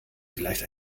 vielleicht